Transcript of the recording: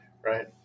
right